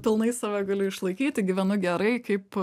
pilnai save galiu išlaikyti gyvenu gerai kaip